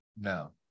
No